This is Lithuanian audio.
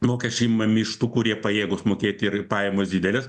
mokesčiai imami iš tų kurie pajėgūs mokėti ir pajamos didelės